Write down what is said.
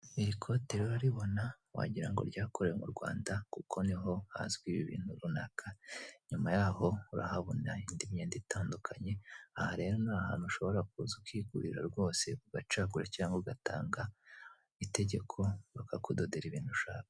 Iri kote uraribona? Wagira ngo ryakorewe mu Rwanda kuko niho hazwi ibi bintu runaka, nyuma yaho urahabona indi myenda itandukanye, aha rero ni ahantu ushobora kuza ukigurira rwose , ugacagura cyangwa ugatanga itegeko bakakudodera ibintu ushaka.